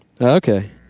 Okay